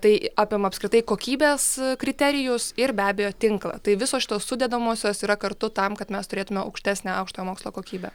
tai apima apskritai kokybės kriterijus ir be abejo tinklą tai visos šitos sudedamosios yra kartu tam kad mes turėtume aukštesnę aukštojo mokslo kokybę